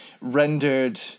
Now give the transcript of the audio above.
rendered